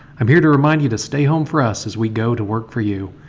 i'm here to remind you to stay home for us as we go to work for you.